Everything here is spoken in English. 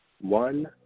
one